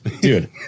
dude